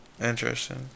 Interesting